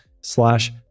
slash